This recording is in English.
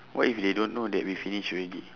what if they don't know that we finish already